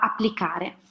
applicare